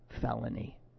felony